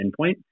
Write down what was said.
endpoint